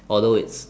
although its